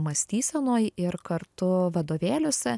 mąstysenoj ir kartu vadovėliuose